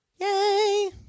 Yay